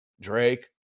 Drake